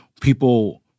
people